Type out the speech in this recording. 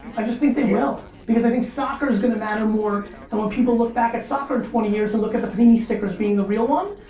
i just think they will because i think soccer's gonna matter more and when people look back at soccer in twenty years and look at the panini stickers being the real one,